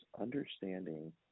understanding